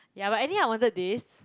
yeah but anyway I wanted this